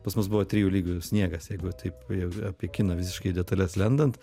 pas mus buvo trijų lygių sniegas jeigu taip jau apie kiną visiškai į detales lendant